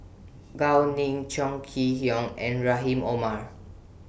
Gao Ning Chong Kee Hiong and Rahim Omar